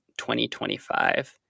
2025